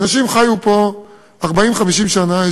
אנשים חיו פה 50-40 שנה,